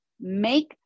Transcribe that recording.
make